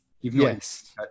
Yes